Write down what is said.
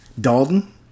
Dalton